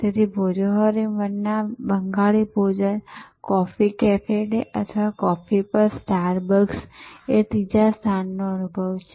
તેથી ભોજોહોરી મન્ના બંગાળી ભોજન coffee cafe day અથવા કોફી પર સ્ટાર બક્સ એ ત્રીજા સ્થાનનો અનુભવ છે